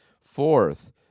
Fourth